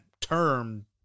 term